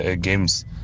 games